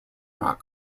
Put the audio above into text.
not